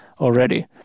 already